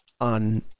on